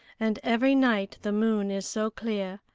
and every night the moon is so clear.